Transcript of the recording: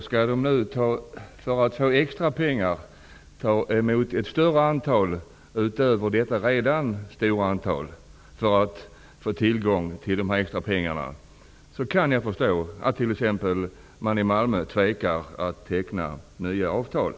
Skall man ta emot ett större antal, utöver det redan stora antal man har tagit emot, för att få tillgång till dessa extra pengar kan jag förstå att man t.ex. i Malmö tvekar att teckna nya avtal.